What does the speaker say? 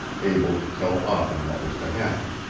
able to tell often what was to happen.